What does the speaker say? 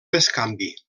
bescanvi